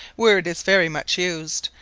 where it is very much used,